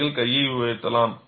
நீங்கள் கையை உயர்த்தலாம்